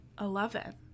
Eleven